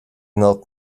not